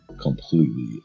completely